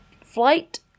flight